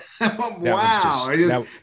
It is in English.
Wow